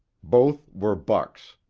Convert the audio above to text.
both were bucks.